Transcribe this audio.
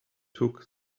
took